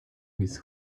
his